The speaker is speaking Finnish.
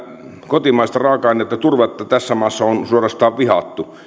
kotimaista raaka ainetta turvetta tässä maassa on suorastaan vihattu